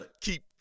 keep